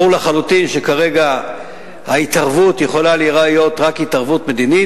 ברור לחלוטין שכרגע ההתערבות יכולה להיות רק התערבות מדינית.